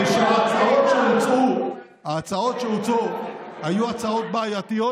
הן שההצעות שהוצעו היו הצעות בעייתיות,